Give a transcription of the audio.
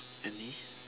any